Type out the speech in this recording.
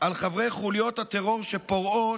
על חברי חוליות הטרור שפורעות,